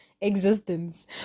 existence